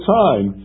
time